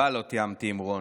נשבע שלא תיאמתי עם רון.